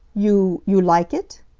you you like it?